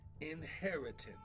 Inheritance